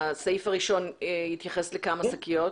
שהסעיף הראשון יתייחס לכמה שקיות?